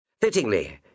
Fittingly